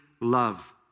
love